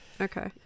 Okay